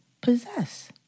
possess